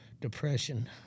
depression